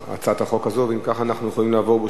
אם ככה, אנחנו יכולים לעבור, ברשותכם, להצבעה.